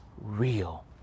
real